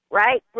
right